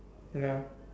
ya